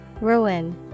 Ruin